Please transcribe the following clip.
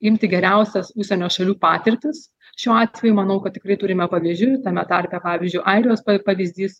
imti geriausias užsienio šalių patirtis šiuo atveju manau kad tikrai turime pavyzdžių tame tarpe pavyzdžiui airijos pavyzdys